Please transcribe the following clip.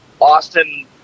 Austin